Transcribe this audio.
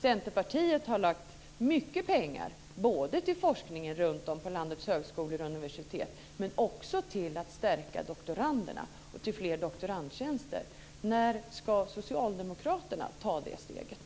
Centerpartiet har lagt mycket pengar till forskningen runtom på landets högskolor och universitet, men också till att stärka doktoranderna och till fler doktorandtjänster. När ska Socialdemokraterna ta det steget?